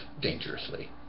dangerously